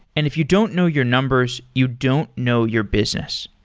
and if you don't know your numbers, you don't know your business.